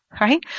Right